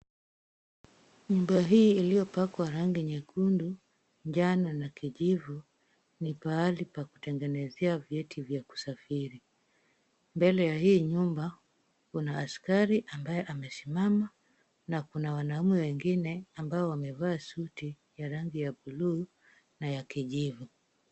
Nyumba hii iliyopakwa rangi nyekundu, njano na kijivu, ni pahali pa kutengenezea vyeti vya kusafiri. Mbele ya hii nyumba, kuna askari ambaye amesimama na kuna wanaume wengine, ambao wamevaa suti ya rangi ya blue na ya kijivu.